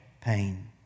pain